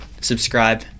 subscribe